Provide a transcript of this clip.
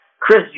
Chris